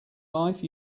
life